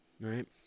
right